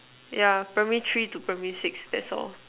yeah primary three to primary six that's all